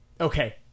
Okay